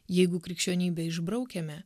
jeigu krikščionybę išbraukiame